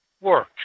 work